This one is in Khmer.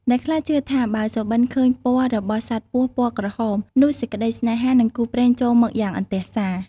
អ្នកខ្លះជឿថា បើសុបិនឃើញពណ៌របស់សត្វពស់ពណ៌ក្រហម នោះសេចក្តីសេ្នហា និងគូព្រេងចូលមកយ៉ាងអន្ទះសា ។